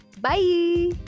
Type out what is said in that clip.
Bye